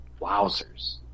Wowzers